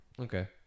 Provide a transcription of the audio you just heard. Okay